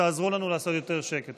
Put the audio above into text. תעזרו לנו לעשות יותר שקט,